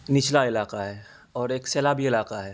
نچلا علاقہ ہے اور ایک سیلابی علاقہ ہے